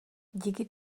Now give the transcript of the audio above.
díky